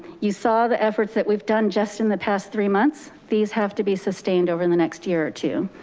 you saw the efforts that we've done just in the past three months. these have to be sustained over the next year or two.